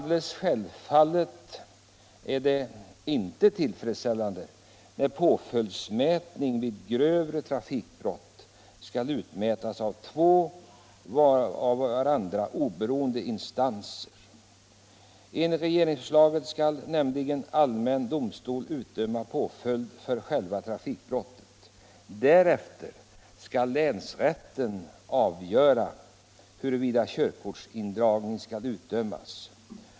Det är inte tillfredsställande att påföljden vid grövre trafikbrott kan utmätas av två av varandra oberoende instanser. Enligt regeringsförslaget skall nämligen allmän domstol utdöma påföljd för själva trafikbrottet. Därefter skall länsrätten avgöra huruvida körkortsindragning skall utdömas.